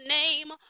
name